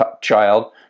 child